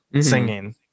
singing